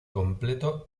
completo